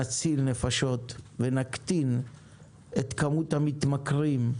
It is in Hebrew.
נציל נפשות, נקטין את כמות המתמכרים,